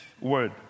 word